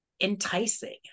enticing